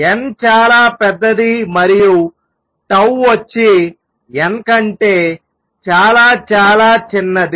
n చాలా పెద్దది మరియు వచ్చి n కంటే చాలా చాలా చిన్నది